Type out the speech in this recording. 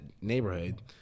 neighborhood